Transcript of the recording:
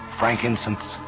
frankincense